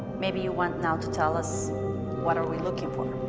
maybe you want now to tell us what are we looking for. the